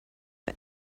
for